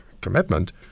commitment